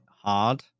hard